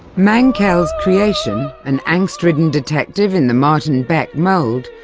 mankell's creation, an angst-ridden detective in the martin beck mould,